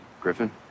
Griffin